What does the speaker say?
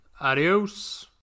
Adios